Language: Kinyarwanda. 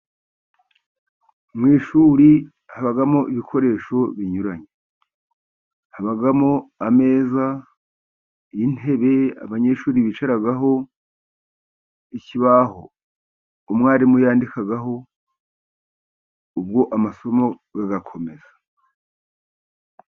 Mu ishuri habamo ibikoresho binyuranye, habamo ameza y'intebe abanyeshuri bicaraho, ikibaho umwarimu yandikaho ubwo amasomo agakomeza.